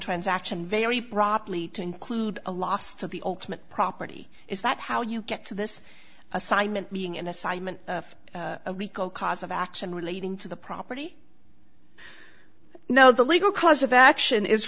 transaction very properly to include a loss to the ultimate property is that how you get to this assignment being an assignment of recall cause of action relating to the property no the legal cause of action is